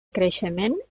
creixement